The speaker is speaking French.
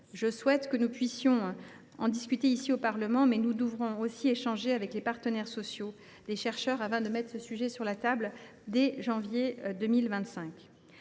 Je souhaite que nous puissions en discuter au Parlement, mais nous devrons aussi échanger avec les partenaires sociaux et les chercheurs en mettant ces sujets sur la table dès janvier 2025.